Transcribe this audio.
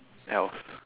else